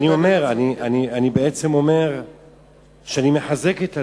אני בעצם אומר שאני מחזק את הדברים,